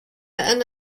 and